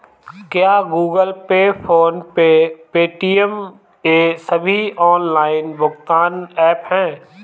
क्या Google Pay PhonePe Paytm ये सभी ऑनलाइन भुगतान ऐप हैं?